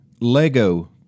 Lego